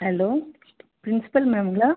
hello principal மேம்ங்களா